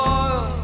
oil